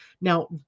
Now